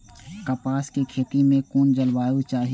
कपास के खेती में कुन जलवायु चाही?